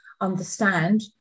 understand